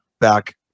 back